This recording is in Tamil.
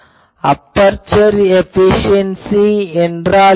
அபெர்சர் ஏபிசியென்சி என்றால் என்ன